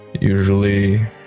Usually